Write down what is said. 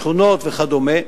שכונות וכדומה,